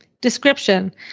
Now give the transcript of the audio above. Description